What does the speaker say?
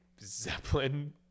Zeppelin